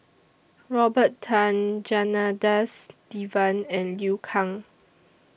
Robert Tan Janadas Devan and Liu Kang